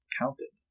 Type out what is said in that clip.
counted